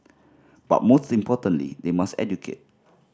but most importantly they must educate